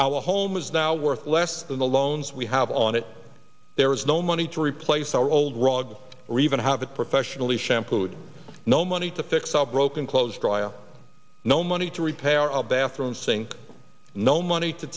our home is now worth less than the loans we have on it there was no money to replace our old rug or even have it professionally shampooed no money to fix our broken clothes dryer no money to repair our bathroom sink no money to